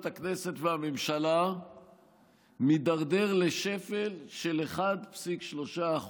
הכנסת והממשלה מידרדר לשפל של 1.3%?